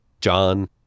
John